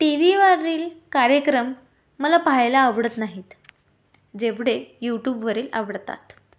टीव्हीवरील कार्यक्रम मला पाहायला आवडत नाहीत जेवढे यूटूबवरील आवडतात